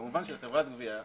כמובן שחברת גבייה,